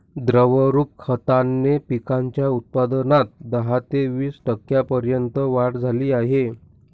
द्रवरूप खताने पिकांच्या उत्पादनात दहा ते वीस टक्क्यांपर्यंत वाढ झाली आहे